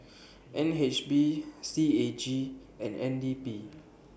N H B C A G and N D P